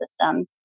System